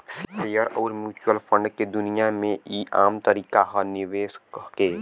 share अउर mutual fund के दुनिया मे ई आम तरीका ह निवेश के